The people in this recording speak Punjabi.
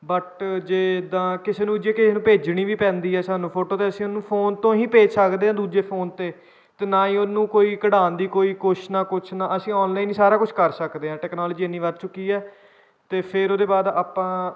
ਬਟ ਜੇ ਇੱਦਾਂ ਕਿਸੇ ਨੂੰ ਜੇ ਕਿਸੇ ਨੂੰ ਭੇਜਣੀ ਵੀ ਪੈਂਦੀ ਹੈ ਸਾਨੂੰ ਫੋਟੋ ਤਾਂ ਅਸੀਂ ਉਹਨੂੰ ਫੋਨ ਤੋਂ ਹੀ ਭੇਜ ਸਕਦੇ ਹਾਂ ਦੂਜੇ ਫੋਨ 'ਤੇ ਅਤੇ ਨਾ ਹੀ ਉਹਨੂੰ ਕੋਈ ਕਢਾਉਣ ਦੀ ਕੋਈ ਕੁਛ ਨਾ ਕੁਛ ਨਾ ਅਸੀਂ ਔਨਲਾਈਨ ਹੀ ਸਾਰਾ ਕੁਝ ਕਰ ਸਕਦੇ ਹਾਂ ਟੈਕਨੋਲੋਜੀ ਇੰਨੀ ਵੱਧ ਚੁੱਕੀ ਹੈ ਅਤੇ ਫਿਰ ਉਹਦੇ ਬਾਅਦ ਆਪਾਂ